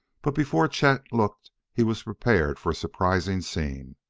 but before chet looked he was prepared for a surprising scene.